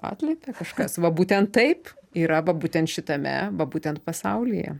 atliepia kažkas va būtent taip yra va būtent šitame va būtent pasaulyje